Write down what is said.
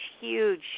huge